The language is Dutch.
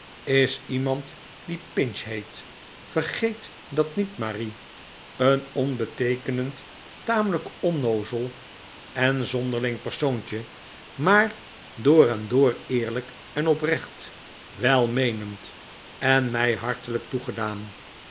is iemand die pinch heet vergeet dat niet marie een onbeteekenend tamelijk onnoo'zel en zonderling persoontje maar door en door eerlijk en oprecht welmeenend en mij hartelijk toegedaan